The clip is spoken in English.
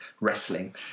wrestling